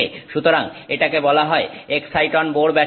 সুতরাং এটাকে বলা হয় এক্সাইটন বোর ব্যাসার্ধ